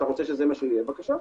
אתה רוצה שזה מה שיהיה - בבקשה.